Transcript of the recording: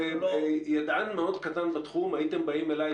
אני ידען מאוד קטן בתחום אבל אם הייתם באים אלי,